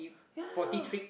ya